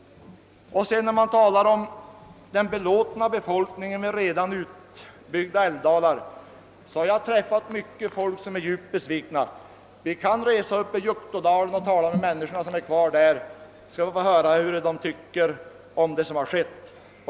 Man talar om den belåtna befolkning en med redan utbyggda älvdalar, men jag har träffat många människor som är djupt besvikna. Vi kan resa upp till Juktådalen och tala med dem som är kvar där, så får vi höra vad de tycker om det som har hänt.